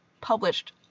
published